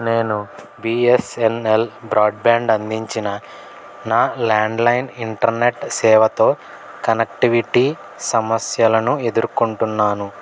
నేను బీఎస్ఎన్ఎల్ బ్రాడ్బ్యాండ్ అందించిన నా ల్యాండ్లైన్ ఇంటర్నెట్ సేవతో కనెక్టివిటీ సమస్యలను ఎదుర్కొంటున్నాను